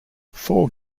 four